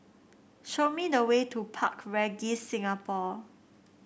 show me the way to Park Regis Singapore